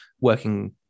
working